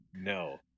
No